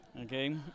Okay